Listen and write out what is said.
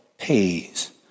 Pays